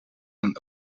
aan